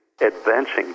advancing